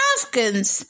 Afghans